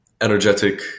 energetic